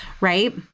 right